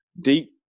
deep